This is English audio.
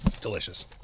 delicious